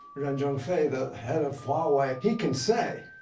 ren zhengfei, the head of huawei, he can say,